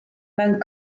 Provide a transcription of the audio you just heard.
mewn